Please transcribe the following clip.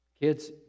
kids